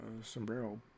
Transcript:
sombrero